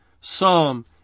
psalm